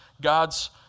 God's